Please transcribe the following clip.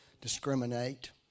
discriminate